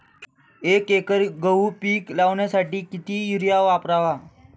एक एकर गहू पीक लावण्यासाठी किती युरिया वापरावा?